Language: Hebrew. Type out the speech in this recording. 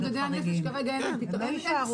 לכל מתמודדי הנפש כרגע אין פתרון.